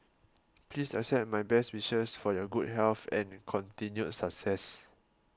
please accept my best wishes for your good health and continued success